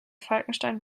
falkenstein